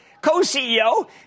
co-CEO